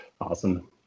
Awesome